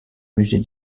musée